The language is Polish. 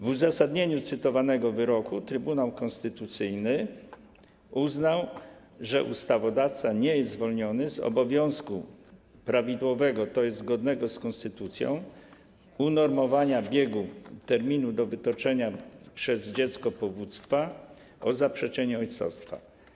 W uzasadnieniu cytowanego wyroku Trybunał Konstytucyjny uznał, że ustawodawca nie jest zwolniony z obowiązku prawidłowego, tj. zgodnego z konstytucją, unormowania biegu terminu do wytoczenia przez dziecko powództwa o zaprzeczenie ojcostwa.